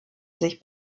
sich